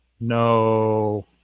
No